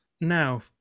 Now